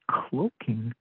cloaking